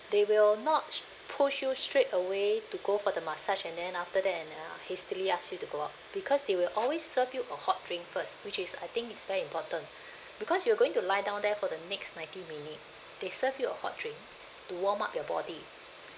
they will not push you straightaway to go for the massage and then after that uh hastily ask you to go out because they will always serve you a hot drink first which is I think it's very important because you are going to lie down there for the next ninety minute they serve you a hot drink to warm up your body